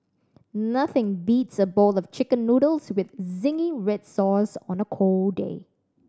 nothing beats a bowl of Chicken Noodles with zingy red sauce on a cold day